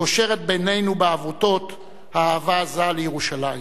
קושרת בינינו בעבותות אהבתנו העזה לירושלים.